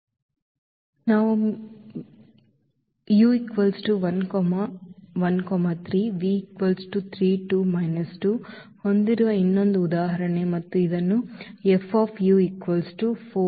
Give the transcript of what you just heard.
form a basis of ನಾವು U 113 V 32 2 ಹೊಂದಿರುವ ಇನ್ನೊಂದು ಉದಾಹರಣೆ ಮತ್ತು ಇದನ್ನು ಎಫ್ ಯು 4111